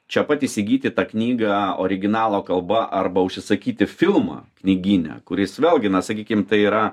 čia pat įsigyti tą knygą originalo kalba arba užsisakyti filmą knygyne kuris vėlgi na sakykim tai yra